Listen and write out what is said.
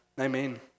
amen